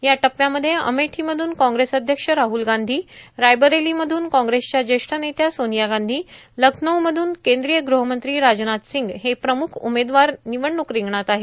या टप्प्यामध्ये अमेठीमधून काँग्रेस अध्यक्ष राहुल गांधी रायबरेलीमधून काँग्रेसच्या ज्येष्ठ नेत्या सोनिया गांधी लखनऊमधून केंद्रीय गृहमंत्री राजनाथ सिंग हे प्रमुख उमेदवार निवडणूक रिंगणात आहेत